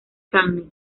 cannes